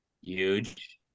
Huge